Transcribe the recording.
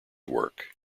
work